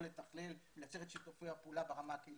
לתכלל ולייצר את שיתופי הפעולה ברמה הקהילתית.